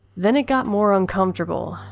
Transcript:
then it got more uncomfortable.